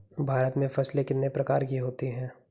भारत में फसलें कितने प्रकार की होती हैं?